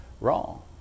wrong